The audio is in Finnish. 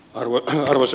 arvoisa puhemies